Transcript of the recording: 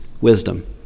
wisdom